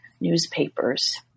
newspapers